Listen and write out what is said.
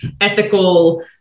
ethical